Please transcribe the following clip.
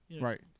Right